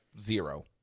zero